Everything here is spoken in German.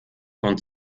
und